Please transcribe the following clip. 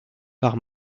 par